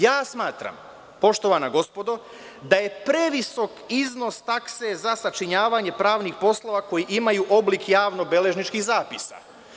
Ja smatram, poštovana gospodo, da je previsok iznos takse za sačinjavanje pravnih poslova koji imaju oblik javno-beležničkih zapisa.